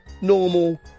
normal